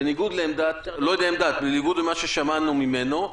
בניגוד למה ששמענו ממנו.